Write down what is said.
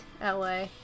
LA